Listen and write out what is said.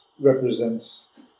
represents